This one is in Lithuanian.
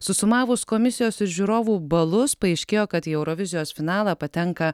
susumavus komisijos ir žiūrovų balus paaiškėjo kad į eurovizijos finalą patenka